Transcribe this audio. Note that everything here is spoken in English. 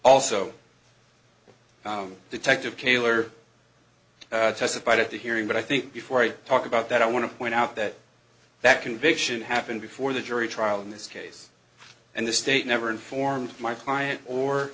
also detective kaylor testified at the hearing but i think before i talk about that i want to point out that that conviction happened before the jury trial in this case and the state never informed my client or